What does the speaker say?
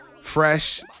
Fresh